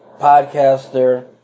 podcaster